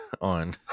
on